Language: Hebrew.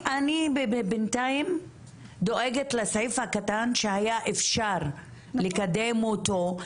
אני בינתיים דואגת לסעיף הקטן שהיה אפשר לקדם אותו,